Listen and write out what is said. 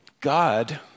God